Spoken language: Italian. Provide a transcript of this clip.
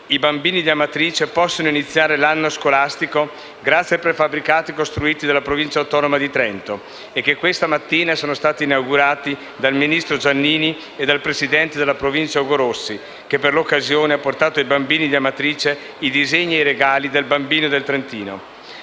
i bambini di Amatrice possono iniziare l'anno scolastico grazie ai prefabbricati costruiti dalla Provincia autonoma di Trento, che questa mattina sono stati inaugurati dal ministro Giannini e dal presidente della Provincia Ugo Rossi, che per l'occasione ha portato ai bambini di Amatrice i disegni e i regali dei bambini del Trentino.